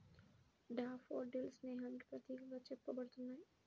daffodils స్నేహానికి ప్రతీకగా చెప్పబడుతున్నాయి